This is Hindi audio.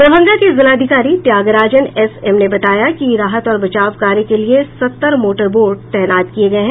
दरभंगा के जिलाधिकारी त्यागराजन एस एम ने बताया कि राहत और बचाव कार्य के लिए सत्तर मोटर बोट तैनात किये गये हैं